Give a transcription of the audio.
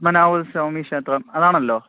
പത്മനാഭപുരസ്വാമി ക്ഷേത്രം അതാണല്ലോ